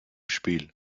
spiel